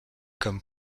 comme